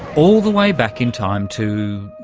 all the way back in time to,